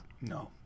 no